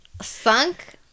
Sunk